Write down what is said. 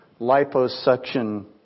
liposuction